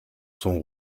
sont